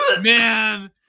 man